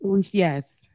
Yes